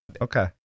Okay